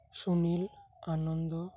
Sunil ᱟᱱᱚᱱᱚᱫᱚ